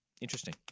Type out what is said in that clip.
Interesting